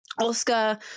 oscar